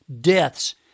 deaths